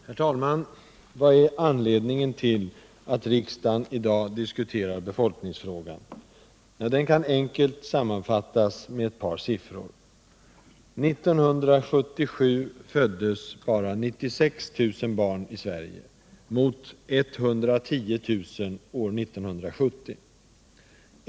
Herr talman! Vad är anledningen till att riksdagen i dag diskuterar befolkningsfrågan? Den kan enkelt sammanfattas med ett par siffror: 1977 föddes bara 96 000 barn i Sverige mot 110 000 år 1970.